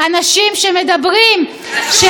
שרוממות שלטון החוק,